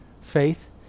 faith